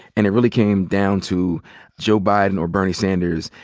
and it really came down to joe biden or bernie sanders,